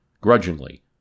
Grudgingly